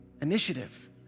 initiative